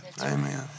Amen